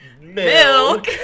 milk